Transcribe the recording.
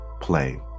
play